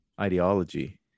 ideology